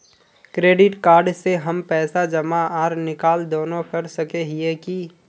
Credit card से हम पैसा जमा आर निकाल दोनों कर सके हिये की?